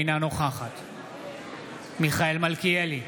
אינה נוכחת מיכאל מלכיאלי,